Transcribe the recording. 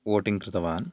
voting कृतवान्